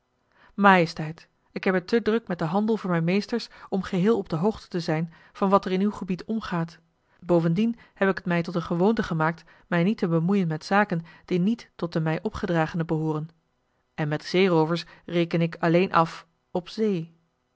majesteit ik heb het te druk met den handel voor mijn meesters om geheel op de hoogte te zijn van wat er in uw gebied omgaat bovendien heb ik het mij tot een gewoonte gemaakt mij niet te bemoeien met zaken die niet tot de mij opgedragene behooren en met zeeroovers reken ik alleen af op zee